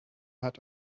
hat